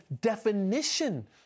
definition